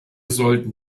sollten